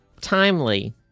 Timely